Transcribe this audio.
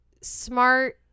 smart